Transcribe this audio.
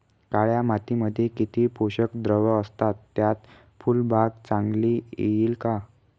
काळ्या मातीमध्ये किती पोषक द्रव्ये असतात, त्यात फुलबाग चांगली येईल का?